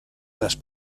las